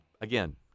again